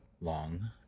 Long